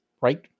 right